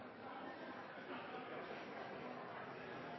hans